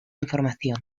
información